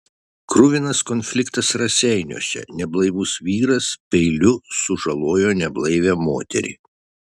kruvinas konfliktas raseiniuose neblaivus vyras peiliu sužalojo neblaivią moterį